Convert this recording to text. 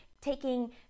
taking